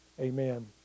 Amen